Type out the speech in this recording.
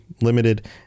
limited